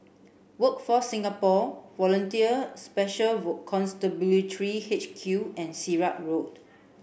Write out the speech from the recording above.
Workforce Singapore Volunteer Special Constabulary H Q and Sirat Road